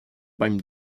beim